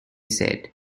said